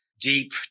deep